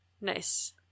Nice